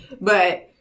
but-